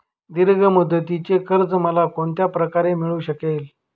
दीर्घ मुदतीचे कर्ज मला कोणत्या प्रकारे मिळू शकेल?